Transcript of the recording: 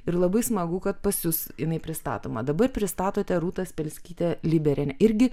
ir labai smagu kad pas jus jinai pristatoma dabar pristatote rūta spelskytę lyberienę irgi